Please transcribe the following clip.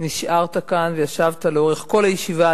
נשארת כאן וישבת לאורך כל הישיבה,